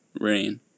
Rain